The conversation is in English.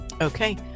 Okay